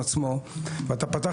אתה באת,